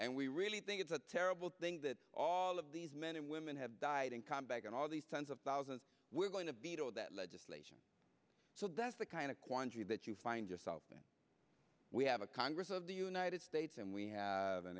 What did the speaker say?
and we really think it's a terrible thing that all of these men and women have died in combat and all these tens of thousands we're going to veto that legislation so that's the kind of quandary that you find yourself we have a congress of the united states and we have an